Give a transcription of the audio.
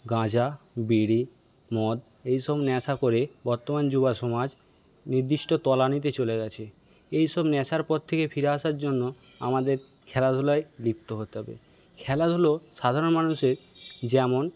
গাঁজা বিড়ি মদ এইসব নেশা করে বর্তমান যুব সমাজ নির্দিষ্ট তলানিতে চলে গেছে এইসব নেশার পথ থেকে ফিরে আসার জন্য আমাদের খেলাধুলায় লিপ্ত হতে হবে খেলাধুলা সাধারণ মানুষের যেমন